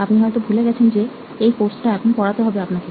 আপনি হয়তো ভুলে গেছেন যে এই কোর্স টা এখন পড়াতে হবে আপনাকে